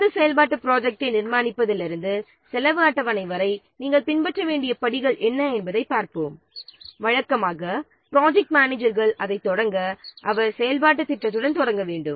சிறந்த செயல்பாட்டுத் ப்ராஜெக்ட்டை நிர்மாணிப்பதில் இருந்து செலவு அட்டவணை வரை நாம் பின்பற்ற வேண்டிய படிகள் என்ன என்பதைப் பார்ப்போம் வழக்கமாக ப்ராஜெக்ட் மேனேஜர்கள் அதைத் தொடங்க அவர் செயல்பாட்டுத் திட்டத்துடன் தொடங்க வேண்டும்